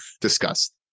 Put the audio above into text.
discussed